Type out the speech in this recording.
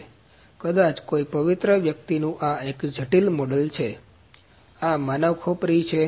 તેથી કદાચ કોઈક પવિત્ર વ્યક્તિનું આ એક જટિલ મોડેલ છે આ માનવ ખોપરી છે